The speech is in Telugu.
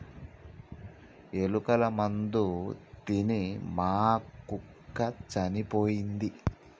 ఎలుకల మందు తిని మా కుక్క చనిపోయింది